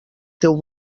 teu